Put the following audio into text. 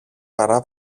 παρά